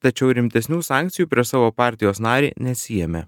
tačiau rimtesnių sankcijų prieš savo partijos narį nesiėmė